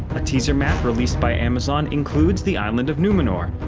a teaser map released by amazon includes the island of numenor,